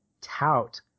tout